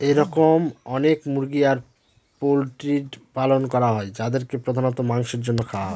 এরকম অনেক মুরগি আর পোল্ট্রির পালন করা হয় যাদেরকে প্রধানত মাংসের জন্য খাওয়া হয়